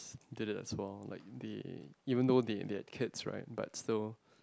did it as well like they even though they their kids right but still